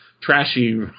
trashy